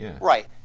Right